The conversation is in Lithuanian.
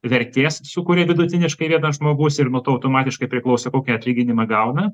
vertės sukuria vidutiniškai vienas žmogus ir nuo automatiškai priklauso kokį atlyginimą gauna